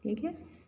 ठीक है